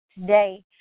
today